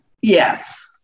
Yes